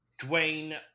Dwayne